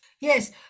yes